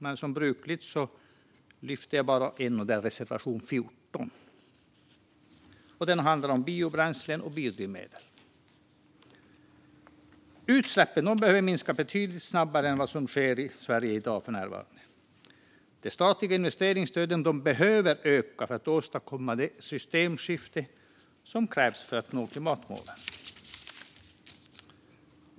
Men som brukligt lyfter jag bara en, och det är reservation 14, som handlar om biobränslen och biodrivmedel. Utsläppen behöver minska betydligt snabbare än vad som sker i Sverige för närvarande. De statliga investeringsstöden behöver öka för att åstadkomma det systemskifte som krävs för att nå klimatmålen.